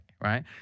right